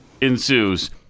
ensues